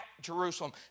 Jerusalem